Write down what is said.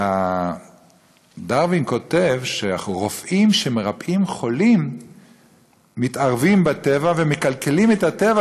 שדרווין כותב שרופאים שמרפאים חולים מתערבים בטבע ומקלקלים את הטבע,